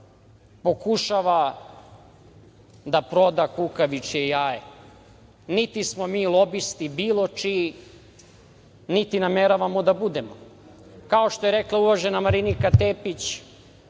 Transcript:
pokušava da proda kukavičje jaje. Niti smo mi lobisti bilo čiji, niti nameravamo da budemo. Kao što je rekla uvažena Marinika Tepić